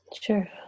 Sure